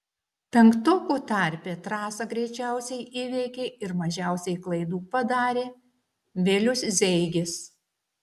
penktokų tarpe trasą greičiausiai įveikė ir mažiausiai klaidų padarė vilius zeigis